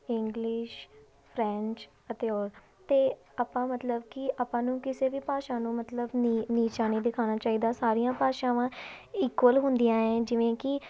English French ਅਤੇ ਔਰ ਅਤੇ ਆਪਾਂ ਮਤਲਬ ਕਿ ਆਪਾਂ ਨੂੰ ਕਿਸੇ ਵੀ ਭਾਸ਼ਾ ਨੂੰ ਮਤਲਬ ਨੀ ਨੀਚਾ ਨਹੀਂ ਦਿਖਾਉਣਾ ਚਾਹੀਦਾ ਸਾਰੀਆਂ ਭਾਸ਼ਾਵਾਂ ਇਕੁਅਲ ਹੁੰਦੀਆਂ ਹੈ ਜਿਵੇਂ ਕਿ